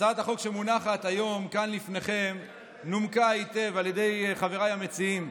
הצעת החוק שמונחת כאן היום לפניכם נומקה היטב על ידי חבריי המציעים.